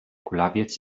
kulawiec